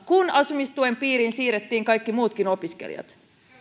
kun asumistuen piiriin siirrettiin kaikki muutkin opiskelijat